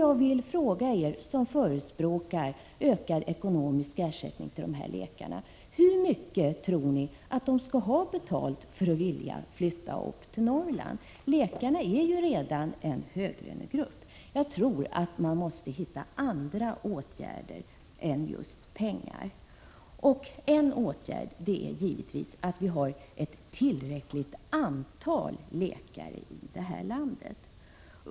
Jag vill fråga er som förespråkar ökad ekonomisk ersättning till de här läkarna: Hur mycket tror ni att de skall ha betalt för att vilja flytta upp till Norriand? Läkarna är ju redan en höglönegrupp. Jag tror att man måste hitta andra åtgärder än just sådana som gäller pengar. En åtgärd är givetvis att se till att vi har tillräckligt antal läkare i det här landet.